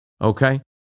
Okay